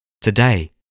today